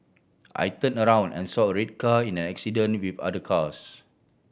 I turned around and saw a red car in an accident with other cars